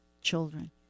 children